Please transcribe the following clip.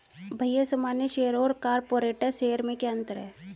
भैया सामान्य शेयर और कॉरपोरेट्स शेयर में क्या अंतर है?